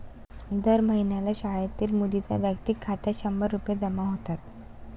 दर महिन्याला शाळेतील मुलींच्या वैयक्तिक खात्यात शंभर रुपये जमा होतात